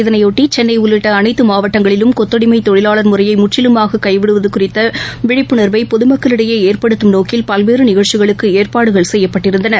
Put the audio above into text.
இதனையாட்டி சென்னைஉள்ளிட்டஅனைத்தமாவட்டங்களிலும் கொத்தடிமைதொழிலாளர் முறையைமுற்றிலுமாககைவிடுவதுகுறித்தவிழிப்புணர்வைபொதுமக்களிடையேஏற்படுத்தும் நோக்கில் பல்வேறுநிகழ்ச்சிகளுக்குஏற்பாடுசெய்யப்பட்டிருந்தன